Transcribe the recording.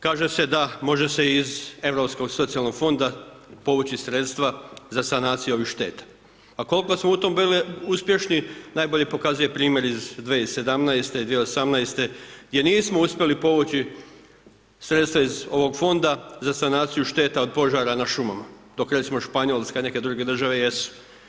Kaže se da može se iz Europskog socijalnog fonda povući sredstva za sanaciju ovih šteta a koliko smo u tom bili uspješni, najbolje pokazuje primjer iz 2017., 2018. gdje nismo uspjeli povući sredstva iz ovog fonda za sanaciju šteta od požara na šumama dok recimo Španjolska i neke druge države jesu.